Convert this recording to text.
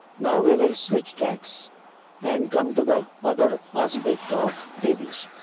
now we will switch tax an come to the other aspect of tables.